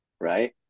right